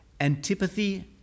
Antipathy